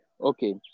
okay